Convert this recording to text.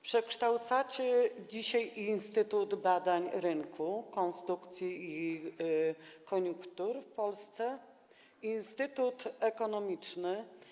Przekształcacie dzisiaj Instytut Badań Rynku, Konsumpcji i Koniunktur w Polski Instytut Ekonomiczny.